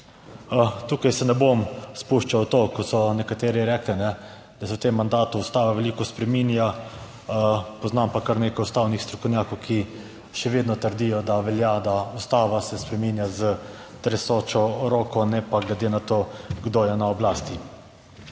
Tukaj se ne bom spuščal v to, ko so nekateri rekli, da se v tem mandatu Ustava veliko spreminja. Poznam pa kar nekaj ustavnih strokovnjakov, ki še vedno trdijo, da velja, da Ustava se spreminja s tresočo roko, ne pa glede na to, kdo je na oblasti.